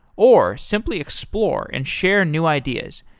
or simply explore and share new ideas.